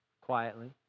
Quietly